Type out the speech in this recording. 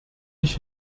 ich